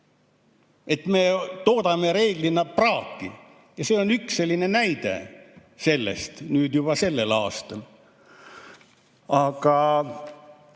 et me toodame reeglina praaki. See on üks selline näide sellest nüüd juba sellel aastal. Ja